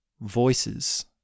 voices